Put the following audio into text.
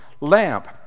lamp